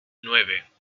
nueve